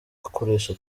akoresha